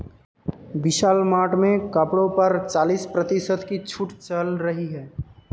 विशाल मार्ट में कपड़ों पर चालीस प्रतिशत की छूट चल रही है